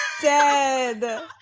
Dead